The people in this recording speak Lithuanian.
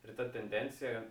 ir ta tendencija